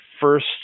first